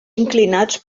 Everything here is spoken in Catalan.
inclinats